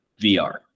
VR